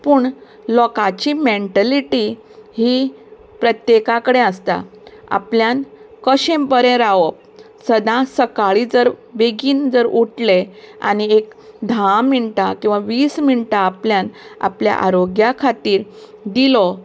पूण लोकांची मँटलिटी ही प्रत्येका कडेन आसता आपल्यान कशें बरें रावप सदां सकाळीं जर बेगीन जर उठलें आनीक धा मिनटां किंवां वीस मिनटां आपल्यान आपल्या आरोग्या खातीर दिलो